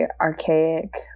archaic